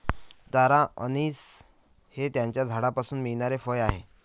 तारा अंनिस हे त्याच्या झाडापासून मिळणारे फळ आहे